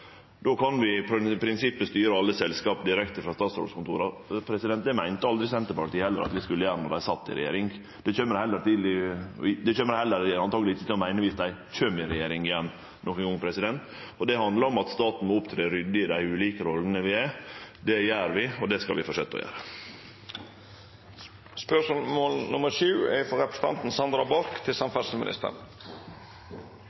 Då kan vi i prinsippet styre alle selskap direkte frå statsrådskontora. Det meinte heller aldri Senterpartiet at vi skulle gjere, då dei sat i regjering. Det kjem dei antakeleg heller ikkje til å meine viss dei nokon gong kjem i regjering igjen. Det handlar om at staten må opptre ryddig i dei ulike rollene vi har. Det gjer vi, og det skal vi forsetje å gjere. «I nordnorske medier har man den siste uken lest uttalelser fra samferdselsministeren angående en jernbane i nord hvor det er